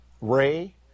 Ray